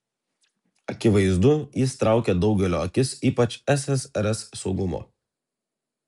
akivaizdu jis traukė daugelio akis ypač ssrs saugumo